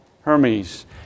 Hermes